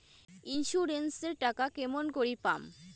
Insurance এর টাকা কেমন করি পাম?